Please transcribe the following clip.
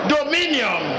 Dominion